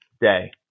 day